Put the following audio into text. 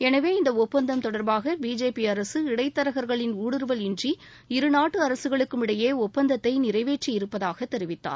எனவே இந்த ஒப்பந்தம் தொடர்பாக பிஜேபி அரசு இடைத் தரகர்களின் ஊடுருவல் இன்றி இருநாட்டு அரசுகளுக்கும் இடையே ஒப்பந்தத்தை நிறைவேற்றி இருப்பதாக தெரிவித்தார்